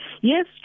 Yes